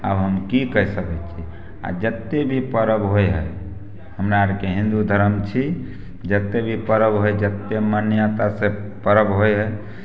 आब हम की कहि सकै छी आ जते भी पर्व होइ हइ हमरा आरके हिन्दू धर्म छी जते भी पर्व होइ जते मान्यतासँ पर्व होइ हइ